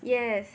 yes